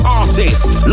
artists